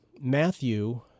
Matthew